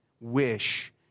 wish